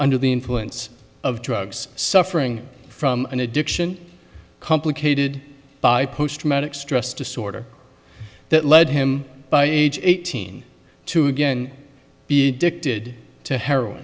under the influence of drugs suffering from an addiction complicated by post traumatic stress disorder that led him by age eighteen to again being dictated to heroin